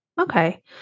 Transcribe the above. Okay